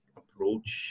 approach